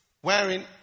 wherein